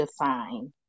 define